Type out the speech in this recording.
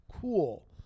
Cool